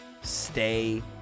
Stay